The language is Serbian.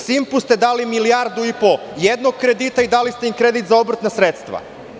Simpu“ ste dali milijardu i po jednog kredita i dali ste im kredit za obrtna sredstva.